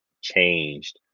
changed